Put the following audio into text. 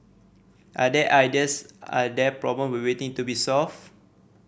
are there ideas are there problem we waiting to be solved